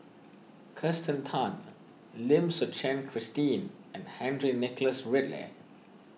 Kirsten Tan Lim Suchen Christine and Henry Nicholas Ridley